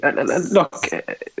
look